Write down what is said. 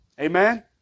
Amen